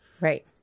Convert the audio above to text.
Right